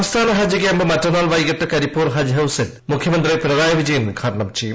സംസ്ഥാന ഹജ്ജ് ക്യാമ്പ് മള്റ്റ്ന്നുൾ വൈകിട്ട് കരിപ്പൂർ ഹജ്ജ് ഹൌസിൽ മുഖ്യമന്ത്രി പിണ്ക്കിയി് വിജയൻ ഉദ്ഘാടനം ചെയ്യും